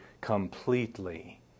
completely